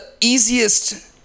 easiest